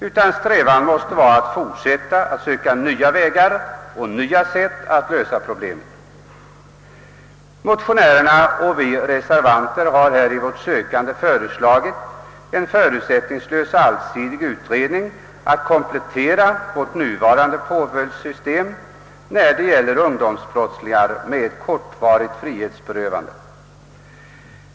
Vår strävan måste fortfarande vara att söka nya vägar till en lösning. Motionärerna och vi reservanter har vid sökandet efter sådana vägar föresla git en förutsättningslös och allsidig utredning för att komplettera nuvarande påföljdssystem för ungdomsbrottslingar med kortvarigt frihetsberövande.